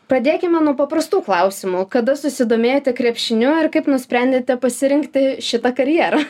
pradėkime nuo paprastų klausimų kada susidomėjote krepšiniu ir kaip nusprendėte pasirinkti šitą karjerą